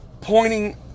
pointing